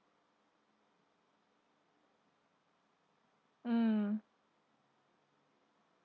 mm